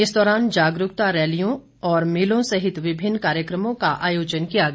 इस दौरान जागरूकता रैलियों और मेलों सहित विभिन्न कार्यक्रमों का आयोजन किया गया